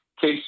case